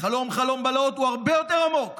חלום הבלהות הוא הרבה יותר עמוק.